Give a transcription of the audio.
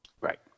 right